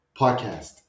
podcast